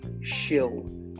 shill